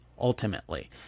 ultimately